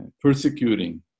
persecuting